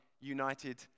united